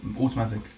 Automatic